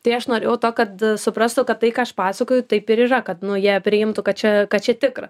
tai aš norėjau to kad suprastų kad tai ką aš pasakoju taip ir yra kad nu jie priimtų kad čia kad čia tikra